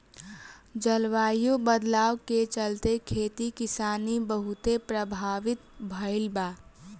जलवायु बदलाव के चलते, खेती किसानी बहुते प्रभावित भईल बा